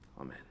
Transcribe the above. Amen